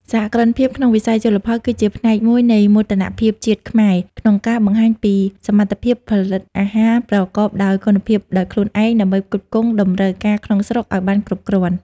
សហគ្រិនភាពក្នុងវិស័យជលផលគឺជាផ្នែកមួយនៃមោទនភាពជាតិខ្មែរ ក្នុងការបង្ហាញពីសមត្ថភាពផលិតអាហារប្រកបដោយគុណភាពដោយខ្លួនឯង ដើម្បីផ្គត់ផ្គង់តម្រូវការក្នុងស្រុកឱ្យបានគ្រប់គ្រាន់។